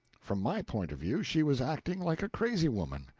from my point of view she was acting like a crazy woman.